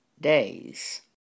days